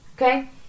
okay